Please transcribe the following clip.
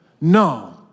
No